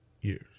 years